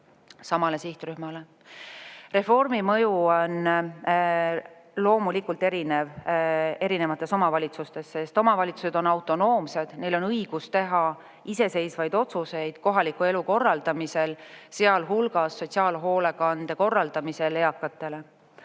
samale sihtrühmale. Reformi mõju on loomulikult erinev erinevates omavalitsustes. Omavalitsused on autonoomsed ja neil on õigus teha iseseisvaid otsuseid kohaliku elu korraldamisel, sealhulgas sotsiaalhoolekande korraldamisel eakatele.